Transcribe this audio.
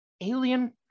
alien